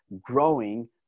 growing